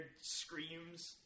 Screams